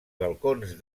balcons